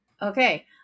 Okay